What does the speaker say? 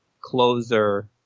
closer